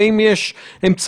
מה המאמץ